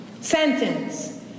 sentence